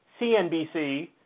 CNBC